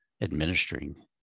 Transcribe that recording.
administering